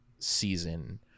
season